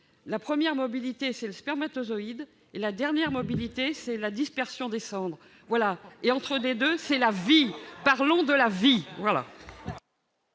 la première mobilité, c'est le spermatozoïde ; la dernière mobilité, c'est la dispersion des cendres. Entre les deux, c'est la vie ! Parlons de la vie